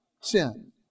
sin